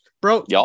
Bro